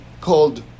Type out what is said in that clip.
called